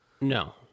No